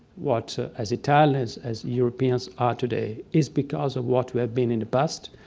what, as italians, as europeans are today, is because of what we have been in the past.